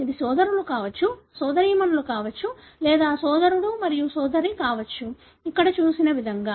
ఇది సోదరులు కావచ్చు సోదరీమణులు కావచ్చు లేదా సోదరుడు మరియు సోదరి కావచ్చు ఇక్కడ చూపిన విధంగా